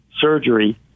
surgery –